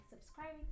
subscribing